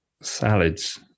Salads